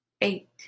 eight